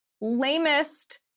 lamest